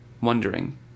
wondering